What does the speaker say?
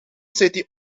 city